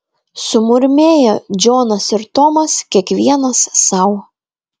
sumurmėję džonas ir tomas kiekvienas sau